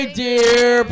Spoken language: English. dear